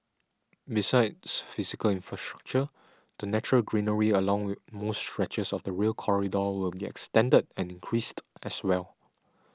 besides physical infrastructure the natural greenery along most stretches of the Rail Corridor will extended and increased as well